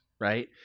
Right